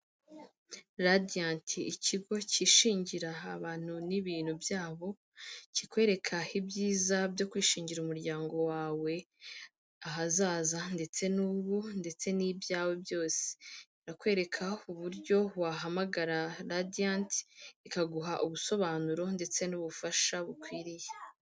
Radianti ikigo cyishingira abantu n'ibintu byabo kikwereka ibyiza byo kwishingira umuryango wawe ahazaza ndetse n'ubu ndetse n'ibyawe byose birakwereka uburyo wahamagara radianti ikaguha ubusobanuro ndetse n'ubufasha bukwiriye.